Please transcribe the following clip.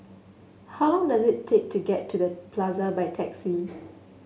how long does it take to get to The Plaza by taxi